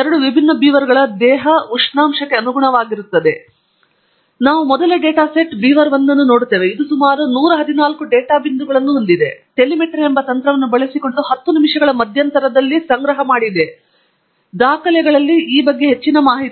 ಎರಡು ವಿಭಿನ್ನ ಬೀವರ್ಗಳ ದೇಹ ಉಷ್ಣಾಂಶಕ್ಕೆ ಅನುಗುಣವಾಗಿರುತ್ತವೆ ಮತ್ತು ನಾವು ಮೊದಲ ಡೇಟಾ ಸೆಟ್ ಬೀವರ್ 1 ಅನ್ನು ನೋಡುತ್ತೇವೆ ಇದು ಸುಮಾರು 114 ಡೇಟಾ ಬಿಂದುಗಳನ್ನು ಹೊಂದಿದೆ ಟೆಲಿಮೆಟ್ರಿ ಎಂಬ ತಂತ್ರವನ್ನು ಬಳಸಿಕೊಂಡು 10 ನಿಮಿಷಗಳ ಮಧ್ಯಂತರದಲ್ಲಿ ಸಂಗ್ರಹವಾಗಿದೆ ಮತ್ತು ದಾಖಲೆಯಲ್ಲಿ ಈ ಬಗ್ಗೆ ಹೆಚ್ಚಿನ ಮಾಹಿತಿ ಇದೆ